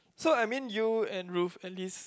so I mean you and Ruff and this